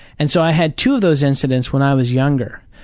and so i had two of those incidents when i was younger.